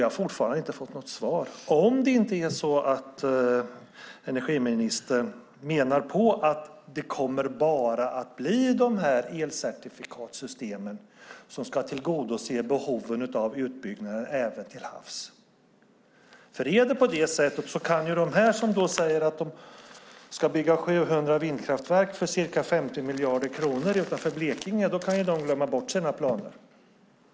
Jag har fortfarande inte fått något svar, såvida inte energiministern menar att det är elcertifikatssystemen som ska tillgodose behoven av utbyggnad även till havs. Om det är så kan de som säger att de ska bygga 700 vindkraftverk för ca 50 miljarder kronor utanför Blekinge glömma sina planer.